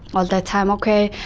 all that time. okay,